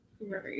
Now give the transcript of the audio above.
Right